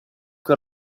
che